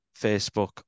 facebook